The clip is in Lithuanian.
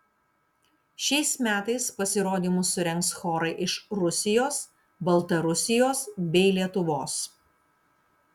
šiais metais pasirodymus surengs chorai iš rusijos baltarusijos bei lietuvos